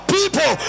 people